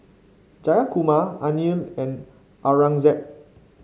Jayakumar Anil and Aurangzeb